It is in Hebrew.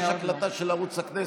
יש הקלטה של ערוץ הכנסת,